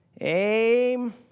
aim